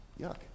yuck